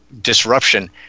disruption